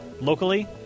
locally